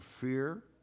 fear